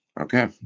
okay